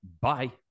Bye